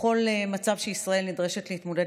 בכל מצב שישראל נדרשת להתמודד